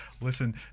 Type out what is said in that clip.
listen